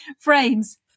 frames